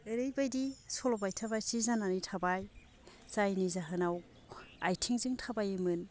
ओरैबायदि सल' बाथा बायदि जानानै थाबाय जायनि जाहोनाव आथिंजों थाबायोमोन